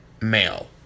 male